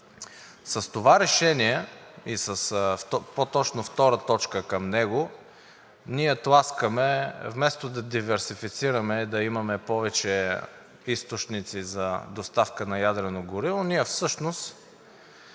С това решение, и по-точно с втора точка към него, ние тласкаме, вместо да диверсифицираме и да имаме повече източници за доставка на ядрено гориво, всъщност